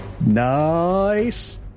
Nice